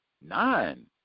nine